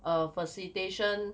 err facilitation